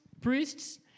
priests